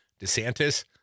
DeSantis